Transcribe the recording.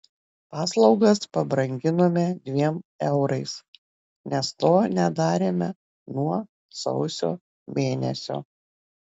paslaugas pabranginome dviem eurais nes to nedarėme nuo sausio mėnesio